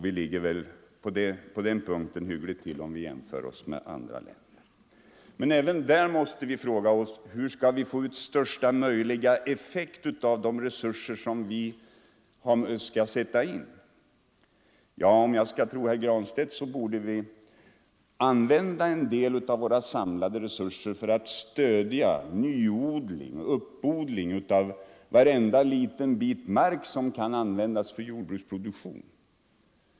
Vi ligger på den punkten hyggligt till jämfört med andra länder. Men även där måste vi ställa frågan: Hur skall vi få ut största möjliga effekt av de resurser som vi skall sätta in? Om jag skall tro herr Granstedt borde vi använda en del av våra samlade resurser för att stödja nyodling, uppodling av varenda liten bit mark som kan användas för jordbruksproduktion.